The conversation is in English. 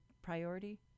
priority